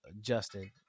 Justin